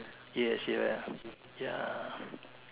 yes you're ya